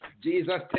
Jesus